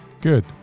Good